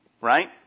Right